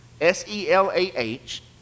S-E-L-A-H